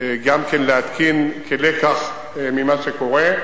גם כן להתקין, כלקח ממה שקורה.